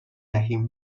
دهیم